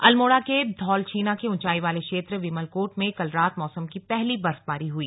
अल्मोड़ा के धौलछीना के ऊंचाई वाले क्षेत्र विमल कोट में कल रात मौसम की पहली बर्फबारी हुई